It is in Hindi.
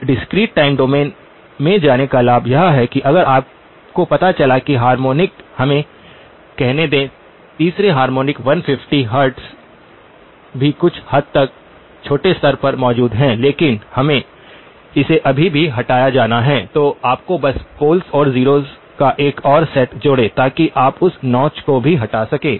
अब डिस्क्रीट टाइम डोमेन में जाने का लाभ यह है कि अगर आपको पता चला कि हार्मोनिक हमें कहने दें तीसरे हार्मोनिक 150 हर्ट्ज भी कुछ हद तक छोटे स्तर पर मौजूद है लेकिन इसे अभी भी हटाया जाना है तो आपको बस पोल्स और ज़ीरोस का एक और सेट जोड़ें ताकि आप उस नौच को भी हटा सकें